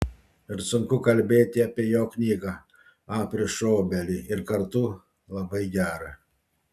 ir sunku kalbėti apie jo knygą aprišu obelį ir kartu labai gera